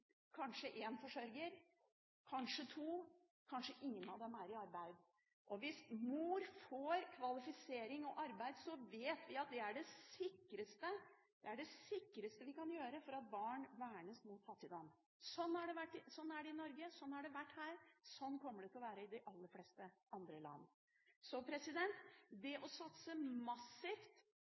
kanskje ingen av dem i arbeid. Hvis mor får kvalifisering og arbeid, vet vi at det er det sikreste vi kan gjøre for at barn vernes mot fattigdom. Sånn er det i Norge, sånn har det vært her, sånn kommer det til å være i de aller fleste andre land. Det å satse massivt